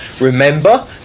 remember